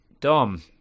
dom